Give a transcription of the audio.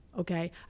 okay